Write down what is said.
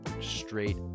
straight